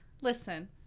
listen